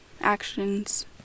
actions